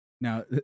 now